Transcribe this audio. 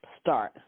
start